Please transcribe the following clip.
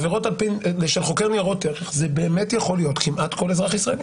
עבירות של חוקר ניירות ערך זה באמת יכול להיות כמעט כל אזרח ישראלי.